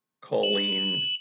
Colleen